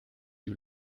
you